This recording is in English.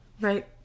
Right